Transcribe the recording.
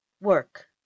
Work